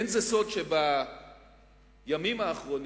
אין זה סוד שבימים האחרונים,